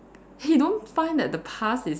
he don't find that the past is